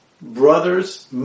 brothers